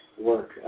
work